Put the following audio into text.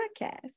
podcast